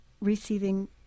receiving